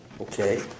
Okay